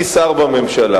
אני שר בממשלה,